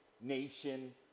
nation